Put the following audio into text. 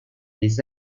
les